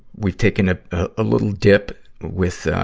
we've taken a ah little dip with, ah,